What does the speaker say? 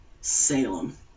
salem